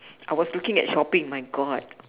I was looking at shopping my god